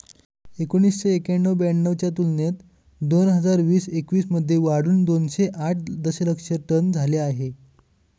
एकोणीसशे एक्क्याण्णव ब्याण्णव च्या तुलनेत दोन हजार वीस एकवीस मध्ये वाढून दोनशे आठ दशलक्ष टन झाले आहे